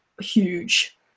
huge